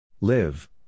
Live